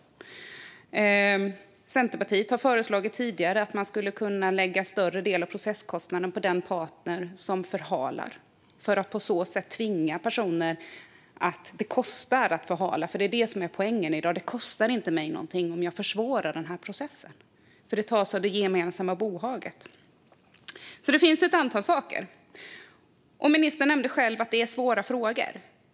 Centerpartiet har tidigare föreslagit att lägga en större del av processkostnaden på den part som förhalar, för att på så sätt tvinga personer. Poängen är att det ska kosta att förhala. I dag kostar det mig ingenting att försvåra processen, för det tas från det gemensamma bohaget. Det finns alltså ett antal saker man kan göra. Ministern nämnde själv att det är svåra frågor.